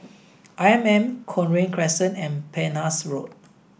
I M M Cochrane Crescent and Penhas Road